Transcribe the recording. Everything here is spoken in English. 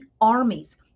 armies